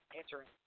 answering